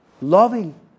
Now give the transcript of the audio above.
loving